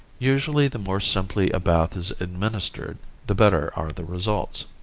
usually the more simply a bath is administered the better are the results.